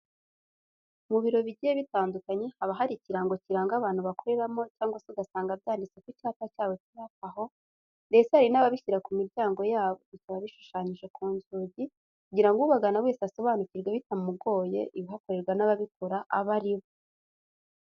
Mu biro bigiye bitandukanye haba hari ikirango kiranga abantu bakoreramo cyangwa se ugasanga byanditse ku cyapa cyabo kiri hafi aho ndetse hari n'ababishyira ku miryango yabo bikaba bishushanyije ku nzugi kugira ngo ubagana wese asobanukirwe bitamugiye ibihakorerwa n'ababikora aba ari bo.